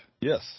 Yes